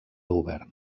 govern